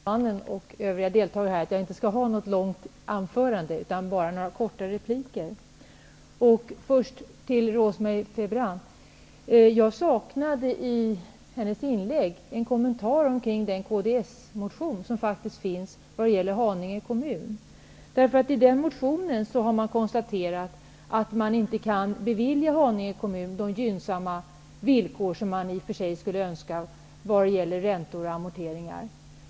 Herr talman! Jag kan lugna talmannen och deltagarna i debatten med att jag inte skall hålla något långt anförande utan bara komma med några korta kommentarer. Först till Rose-Marie Frebran: Jag saknade i Rose Marie Frebrans inlägg en kommentar kring den kds-motion som faktiskt finns vad gäller Haninge kommun. I den motionen konstaterar man att man inte kan bevilja Haninge kommun de gynnsamma villkor som man i och för sig skulle önska dem vad gäller räntor och amorteringar.